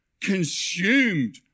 consumed